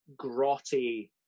grotty